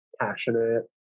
passionate